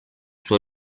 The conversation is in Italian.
suo